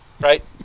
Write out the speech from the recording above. right